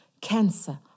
cancer